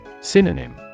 Synonym